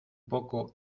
poco